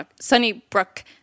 Sunnybrook